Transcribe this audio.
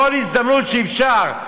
כל הזדמנות שאפשר,